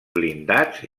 blindats